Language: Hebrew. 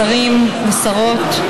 שרים ושרות,